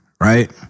Right